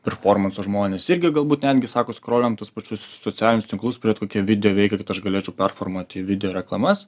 performanso žmonės irgi galbūt netgi sako skrolinam tuos pačius socialinius tinklus pažiūrėt kokie video veikia kad aš galėčiau performuoti video reklamas